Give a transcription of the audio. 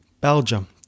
Belgium